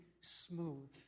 smooth